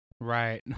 Right